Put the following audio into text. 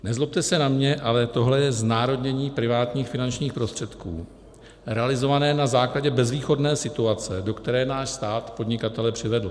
Nezlobte se na mě, ale tohle je znárodnění privátních finančních prostředků realizované na základě bezvýchodné situace, do které náš stát podnikatele přivedl.